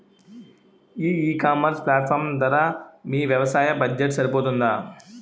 ఈ ecommerce platform ధర మీ వ్యవసాయ బడ్జెట్ సరిపోతుందా?